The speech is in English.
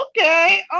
okay